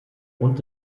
und